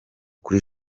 kuri